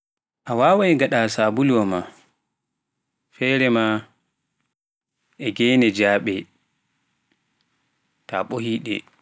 a wawai ngaɗa sabuluwa maa e ghene jaaɓe so a bohi ɗe